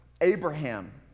Abraham